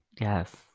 Yes